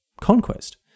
conquest